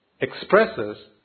expresses